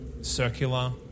circular